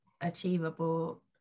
achievable